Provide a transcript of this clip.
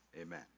Amen